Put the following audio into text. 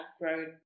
grown